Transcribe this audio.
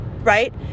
right